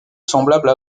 semblable